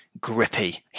grippy